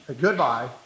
Goodbye